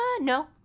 no